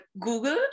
Google